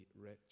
rich